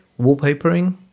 wallpapering